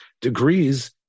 degrees